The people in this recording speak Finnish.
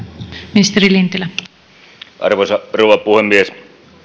arvoisa rouva puhemies